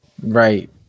Right